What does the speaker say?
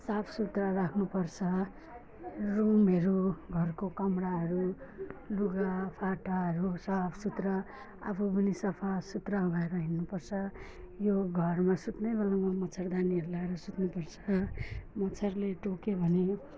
साफ सुथरा राख्नु पर्छ रुमहरू घरको कमराहरू लुगा फाटाहरू साफ सुथरा आफू पनि सफा सुथरा भएर हिँड्नु पर्छ यो घरमा सुत्ने बेलामा मच्छरदानीहरू लगाएर सुत्नु पर्छ मच्छरले टोक्यो भने